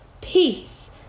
Peace